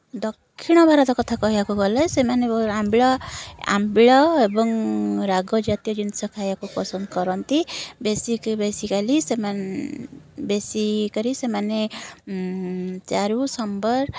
ଦକ୍ଷିଣ ଭାରତ କଥା କହିବାକୁ ଗଲେ ସେମାନେ ଆମ୍ବିଳା ଆମ୍ବିଳ ଏବଂ ରାଗ ଜାତୀୟ ଜିନିଷ ଖାଇବାକୁ ପସନ୍ଦ କରନ୍ତି ବେଶୀକୁ ବେଶୀ କାଲି ବେଶୀକରି ସେମାନେ ଚାରୁ ସାମ୍ବର